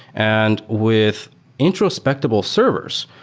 and with introspectable servers,